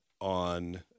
on